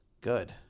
Good